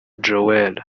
joel